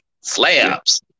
slabs